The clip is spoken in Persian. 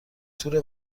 تور